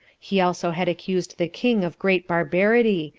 he also had accused the king of great barbarity,